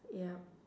ya